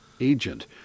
agent